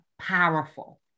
powerful